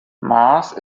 mars